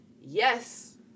yes